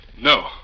No